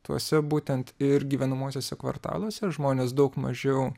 tuose būtent ir gyvenamuosiuose kvartaluose žmonės daug mažiau